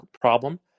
problem